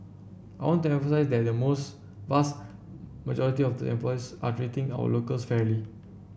I want to emphasise that the most vast majority of the employers are treating our locals fairly